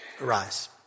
Arise